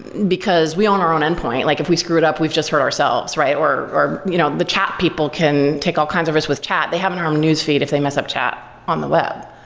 because we own our own endpoint. like if we screw it up, we've just hurt ourselves, right? or or you know the chat people can take all kinds of risk with chat. they have their own um news feed if they mess up chat on the web.